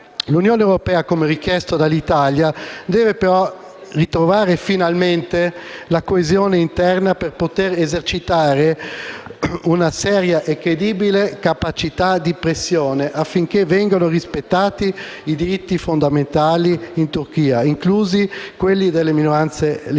L'Unione europea, come richiesto dall'Italia, deve ritrovare finalmente la coesione interna per poter esercitare una seria e credibile capacità di pressione affinché vengano rispettati i diritti fondamentali in Turchia, inclusi quelli delle minoranze linguistiche.